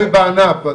נדון בשינויים.